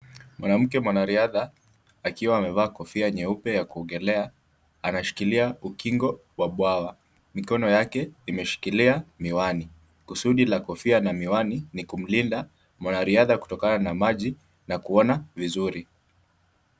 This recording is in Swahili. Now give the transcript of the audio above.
Mwanamke mwanariadha akiwa amevaa kofia nyeupe ya kuogelea, anashikilia ukingo wa bwawa. Mikono yake imeshikilia miwani. Kusudi la kofia na miwani ni kumlinda mwanariadha kutokana na maji na kuona vizuri.